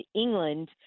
England